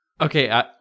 okay